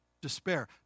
despair